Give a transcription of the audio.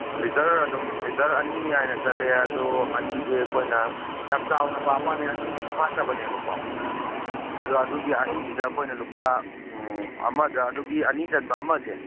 litre ꯑꯗꯨꯝ litre ꯑꯅꯤ ꯍꯥꯏꯅ ꯆꯠꯂꯦ ꯑꯗꯣ ꯑꯅꯤꯁꯦ ꯑꯩꯈꯣꯏꯅ ꯌꯥꯝ ꯆꯥꯎꯅ ꯄꯥꯕ ꯋꯥꯅꯦ ꯑꯅꯤꯗꯤ ꯐꯐꯥꯠꯇꯕꯅꯦꯕꯀꯣ ꯑꯗꯣ ꯑꯗꯨꯒꯤ ꯑꯅꯤꯗꯨꯗ ꯑꯩꯈꯣꯏꯅ ꯂꯨꯄꯥ ꯑꯃꯗ ꯑꯗꯨꯒꯤ ꯑꯅꯤꯆꯟꯕ ꯑꯃꯁꯦ